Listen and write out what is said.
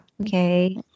okay